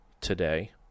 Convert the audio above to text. today